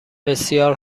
بسیار